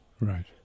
Right